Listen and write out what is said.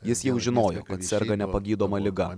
jis jau žinojo kad serga nepagydoma liga